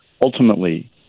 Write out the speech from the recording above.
Ultimately